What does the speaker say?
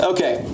Okay